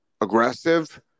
aggressive